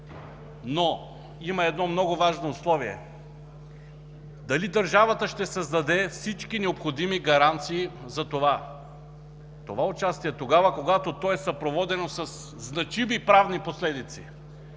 Но има едно много важно условие – дали държавата ще създаде всички необходими гаранции за това? Това участие, когато е съпроводено със значими правни последици,